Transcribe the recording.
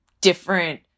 different